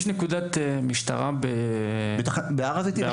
יש נקודת משטרה בהר הזיתים, נכון?